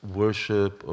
worship